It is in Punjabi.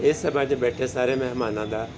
ਇਸ ਸਭਾ 'ਚ ਬੈਠੇ ਸਾਰੇ ਮਹਿਮਾਨਾਂ ਦਾ